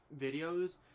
videos